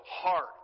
heart